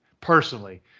personally